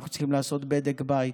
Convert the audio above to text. אנחנו צריכים לעשות בדק בית,